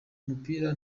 mupira